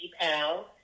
Pal